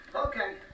Okay